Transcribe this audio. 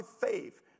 faith